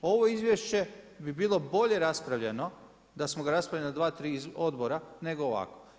Ovo izvješće bi bilo bolje raspravljeno da smo ga raspravljali na dva, tri odbora nego ovako.